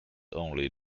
only